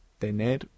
Tener